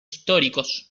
históricos